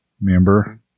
member